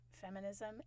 Feminism